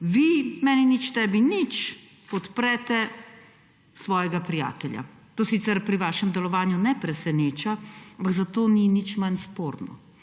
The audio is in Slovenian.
vi meni nič, tebi nič podprete svojega prijatelja. To sicer pri vašem delovanju ne preseneča, ampak zato ni nič manj sporno.